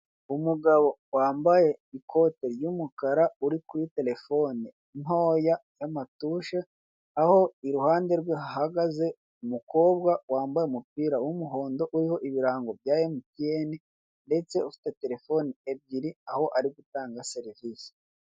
Umugabo wambaye ikote ry'umukara, uri kuri telefone ntoya y'amatuje aho iruhande rwe hahagaze umukobwa wambaye umupira w'umuhondo uriho ibirango bya mtn ndetse ufite telefoni ebyiri aho ari gutanga serivisi.